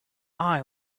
eye